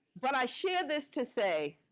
but i share this to say,